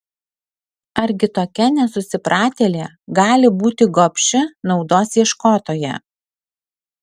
argi tokia nesusipratėlė gali būti gobši naudos ieškotoja